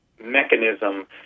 mechanism